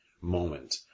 moment